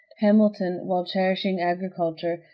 hamilton, while cherishing agriculture,